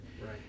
Right